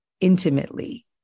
intimately